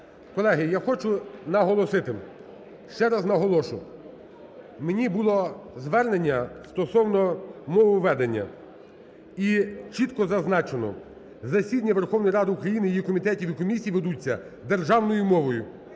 Колеги, я хочу наголосити, ще раз наголошу. Мені було звернення стосовно мововведення і чітко зазначено: засідання Верховної Ради України, її комітетів і комісій ведуться державною мовою.